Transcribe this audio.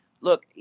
look